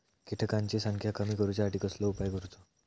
किटकांची संख्या कमी करुच्यासाठी कसलो उपाय करूचो?